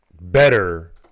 better